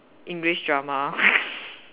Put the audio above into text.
English drama